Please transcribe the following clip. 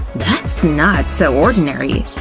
that's not so ordinary!